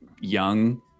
young